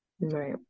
right